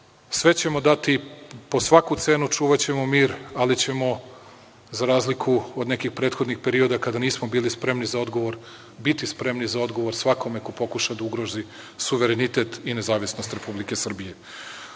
sve ćemo dati, po svaku cenu čuvaćemo mir, ali ćemo, za razliku od nekih prethodnih perioda kada nismo bili spremni za odgovora, biti spremni za odgovor svakome ko pokuša da ugrozi suverenitet i nezavisnost Republike Srbije.U